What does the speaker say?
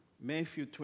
Matthew